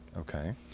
Okay